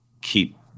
keep